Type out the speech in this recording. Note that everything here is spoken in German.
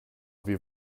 wir